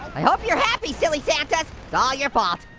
i hope you're happy silly santas, it's all your fault.